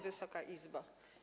Wysoka Izbo!